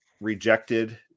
rejected